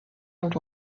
als